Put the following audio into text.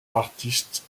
artiste